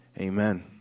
Amen